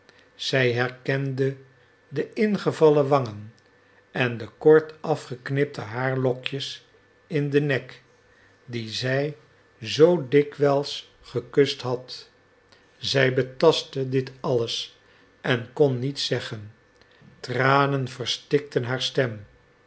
zij herkende de ingevallen wangen en de kort afgeknipte haarlokjes in den nek dien zij zoo dikwijls gekust had zij betastte dit alles en kon niets zeggen tranen verstikten haar stem